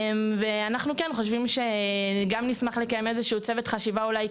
ואנחנו כן חושבים שגם נשמח לקיים איזשהו צוות חשיבה אולי,